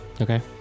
okay